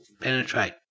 penetrate